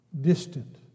distant